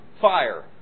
fire